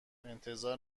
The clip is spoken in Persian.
انتظار